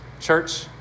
Church